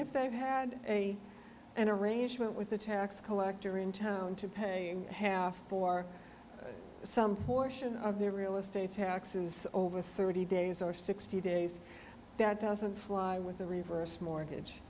if they had an arrangement with the tax collector in town to paying half for some portion of their real estate taxes over thirty days or sixty days that doesn't fly with a reverse mortgage